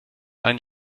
einen